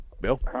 Bill